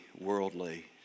worldly